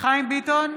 חיים ביטון,